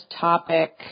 topic